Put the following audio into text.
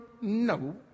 No